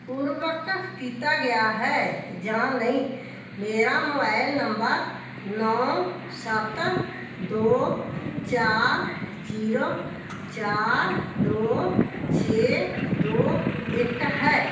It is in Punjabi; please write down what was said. ਪੂਰਵਕ ਕੀਤਾ ਗਿਆ ਹੈ ਜਾਂ ਨਹੀਂ ਮੇਰਾ ਮੋਬਾਈਲ ਨੰਬਰ ਨੌਂ ਸੱਤ ਦੋ ਚਾਰ ਜੀਰੋ ਚਾਰ ਦੋ ਛੇ ਦੋ ਇੱਕ ਹੈ